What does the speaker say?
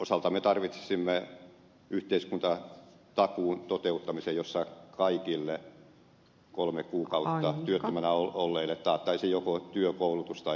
nuorison osalta me tarvitsisimme yhteiskuntatakuun toteuttamisen jossa kaikille kolme kuukautta työttöminä olleille taattaisiin joko työ koulutus tai